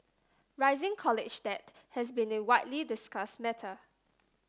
rising college debt has been a widely discuss matter